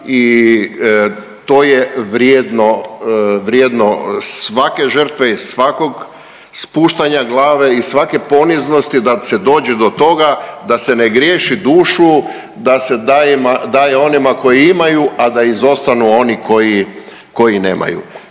vrijedno svake žrtve i svakog spuštanja glave i svake poniznosti da se dođe do toga da se ne griješi dušu da se daje onima koji imaju, a da izostanu oni koji, koji nemaju.